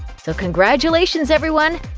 so, congratulations everyone!